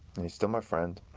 and he's still my friend,